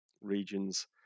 regions